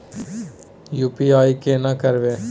UPI केना करबे?